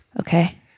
Okay